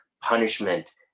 punishment